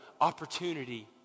opportunity